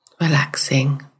relaxing